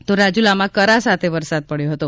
તો રાજુલામાં કરા સાથે વરસાદ પડ્યો હતો